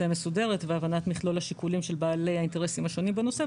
מסודרת והבנת מכלול השיקולים של בעלי האינטרסים השונים בנושא,